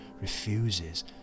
refuses